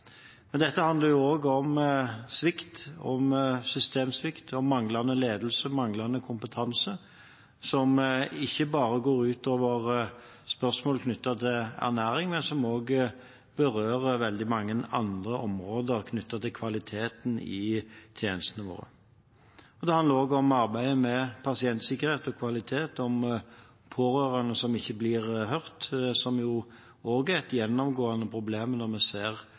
Dette handler også om svikt, om systemsvikt, om manglende ledelse, manglende kompetanse, som ikke bare går på spørsmål knyttet til ernæring, men som også berører veldig mange andre områder knyttet til kvaliteten i tjenestene våre. Det handler også om arbeidet med pasientsikkerhet og kvalitet, om pårørende som ikke blir hørt, som jo også er et gjennomgående problem når vi ser